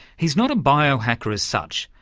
he's not a biohacker as such,